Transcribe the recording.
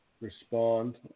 respond